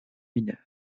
mineure